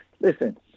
Listen